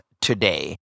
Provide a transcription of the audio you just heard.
today